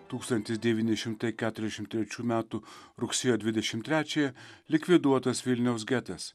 tūkstantis devyni šimtai keturiasdešim trečių metų rugsėjo dvidešim trečiąją likviduotas vilniaus getas